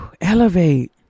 elevate